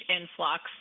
influx